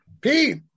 pete